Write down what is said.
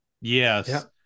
Yes